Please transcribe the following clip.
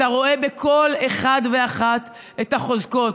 אתה רואה בכל אחד ואחת את החוזקות,